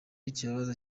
kibabaza